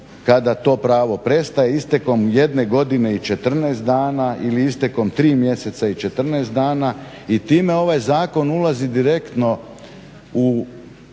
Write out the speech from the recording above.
kada to pravo prestaje istekom 1 godine i 14 dana, ili istekom 3 mjeseca i 14 dana. I time ovaj zakon ulazi direktno u